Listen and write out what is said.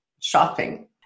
shopping